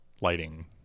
lighting